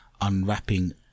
unwrapping